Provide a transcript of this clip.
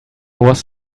was